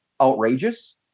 outrageous